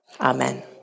Amen